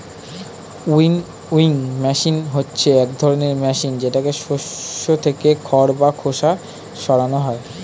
winnowing machine হচ্ছে এক ধরনের মেশিন যেটাতে শস্য থেকে খড় বা খোসা সরানো হয়